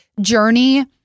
journey